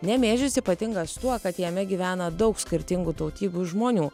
nemėžis ypatingas tuo kad jame gyvena daug skirtingų tautybių žmonių